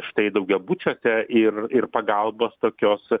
štai daugiabučiuose ir ir pagalbos tokios